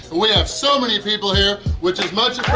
we have so many people here which is much